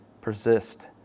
persist